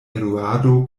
eduardo